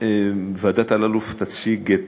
ועדת אלאלוף תציג את